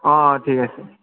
অ ঠিক আছে